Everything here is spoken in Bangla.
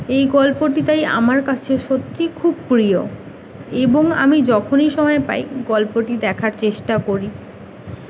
এই গল্পটি তাই আমার কাছে সত্যি খুব প্রিয় এবং আমি যখনই সময় পাই গল্পটি দেখার চেষ্টা করি